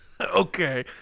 Okay